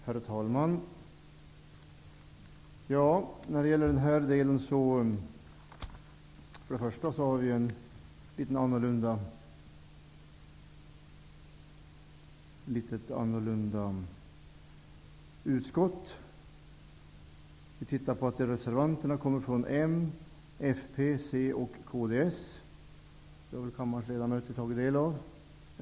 Herr talman! När det gäller den här delen ser det litet annorlunda ut i utskottet. Reservanterna kommer från m, fp, c och kds. Det har väl kammarens ledamöter tagit del av.